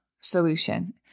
solution